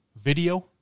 video